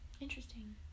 interesting